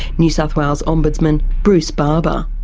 new south wales ombudsman bruce barbour.